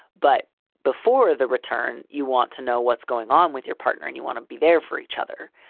but before the return, you want to know what's going on with your partner and you want to be there for each other.